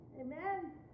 Amen